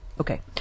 Okay